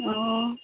ꯑꯣ